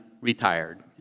retired